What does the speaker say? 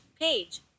Page